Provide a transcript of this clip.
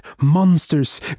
monsters